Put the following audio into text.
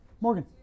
Morgan